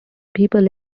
people